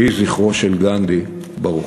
יהי זכרו של גנדי ברוך.